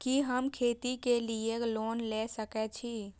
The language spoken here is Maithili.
कि हम खेती के लिऐ लोन ले सके छी?